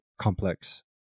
complex